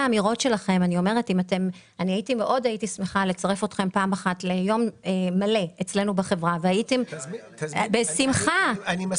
הייתי מאוד שמחה לצרף אתכם ליום מלא אצלנו בחברה כדי שתשמעו על